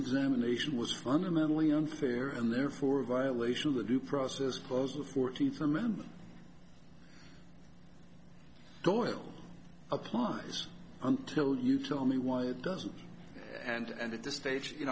examination was fundamentally unfair and therefore a violation of the due process clause of the fourteenth amendment applies until you show me why it doesn't and at this stage you